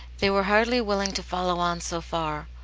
they were hardly willing to follow on so far,